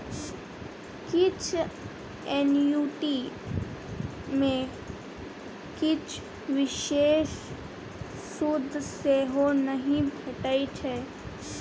किछ एन्युटी मे किछ बिषेश सुद सेहो नहि भेटै छै